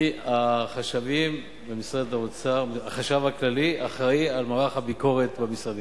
החשב הכללי אחראי למערך הביקורת במשרדים.